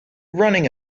running